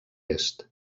est